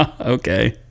Okay